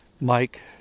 Mike